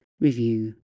review